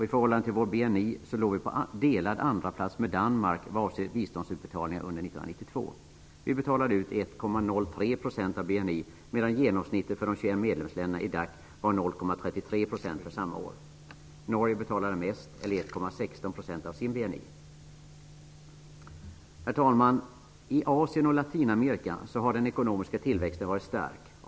I förhållande till vår BNI låg vi på en delad andraplats med Danmark vad avser biståndsutbetalningar under år 1992. Vi betalade ut 1,03 % av BNI. Genomsnittet för de 21 Herr talman! I Asien och Latinamerika har den ekonomiska tillväxten varit stark.